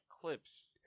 clips